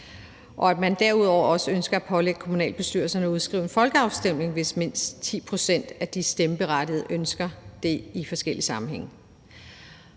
Derudover ønsker man at pålægge kommunalbestyrelserne at udskrive en folkeafstemning, hvis mindst 10 pct. af de stemmeberettigede ønsker det i forskellige sammenhænge.